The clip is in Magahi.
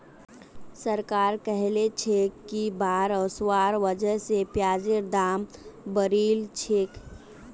सरकार कहलछेक कि बाढ़ ओसवार वजह स प्याजेर दाम बढ़िलछेक